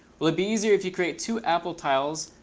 will it be easier if you create two apple tiles,